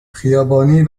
خیابانی